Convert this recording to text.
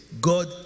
God